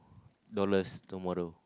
dollars tomorrow